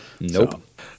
nope